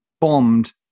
bombed